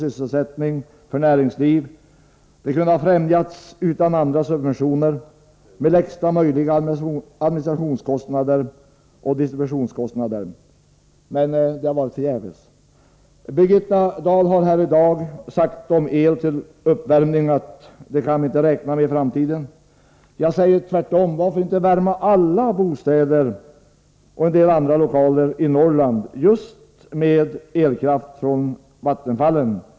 Sysselsättning och näringsliv kunde därigenom ha främjats utan andra subventioner, med lägsta möjliga administrationsoch distributionskostnader. Men allt har varit förgäves. Birgitta Dahl har i dag sagt att vi i framtiden inte kan räkna med el för uppvärmning. Jag säger tvärtom: Varför inte värma alla bostäder i Norrland och en del andra lokaler med elkraft från vattenfallen?